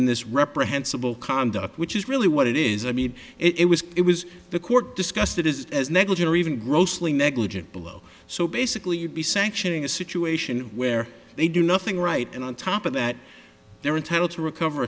in this reprehensible conduct which is really what it is i mean it was it was the court discussed it is as negligent or even grossly negligent below so basically you'd be sanctioning a situation where they do nothing right and on top of that they're entitled to recover